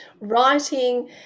writing